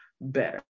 better